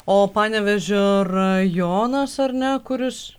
o panevėžio rajonas ar ne kuris